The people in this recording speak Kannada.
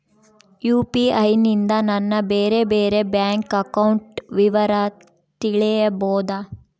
ಯು.ಪಿ.ಐ ನಿಂದ ನನ್ನ ಬೇರೆ ಬೇರೆ ಬ್ಯಾಂಕ್ ಅಕೌಂಟ್ ವಿವರ ತಿಳೇಬೋದ?